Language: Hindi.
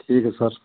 ठीक है सर